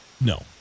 No